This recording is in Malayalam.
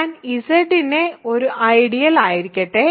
ഞാൻ Z ന്റെ ഒരു ഐഡിയൽ ആയിരിക്കട്ടെ